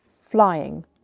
Flying